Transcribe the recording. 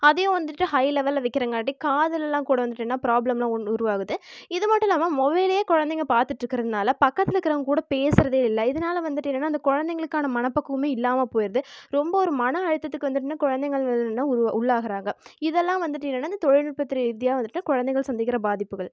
அதையும் வந்துட்டு ஹை லெவல்ல வைக்கிறங்காட்டி காதிலலாம் கூட வந்துட்டு ப்ராப்ளம்லாம் உருவாகுது இது மட்டும் இல்லாமல் மொபைலே குழந்தைங்க பார்த்துட்டு இருக்கிறதுனால பக்கத்தில் இருக்கிறவங்க கூட பேசுகிறதே இல்லை இதனால வந்துட்டு என்னனா அந்த குழந்தைங்களுக்கான மனப்பக்குவமே இல்லாமல் போயிடுது ரொம்ப ஒரு மன அழுத்தத்துக்கு வந்துட்டு குழந்தைகள் எல்லாம் உரு உள்ளாகுறாங்கள் இதெல்லாம் வந்துட்டு என்னென்னா இந்த தொழில்நுட்ப ரீதியாக வந்துட்டு குழந்தைகள் சந்திக்கிற பாதிப்புகள்